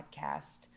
podcast